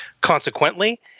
consequently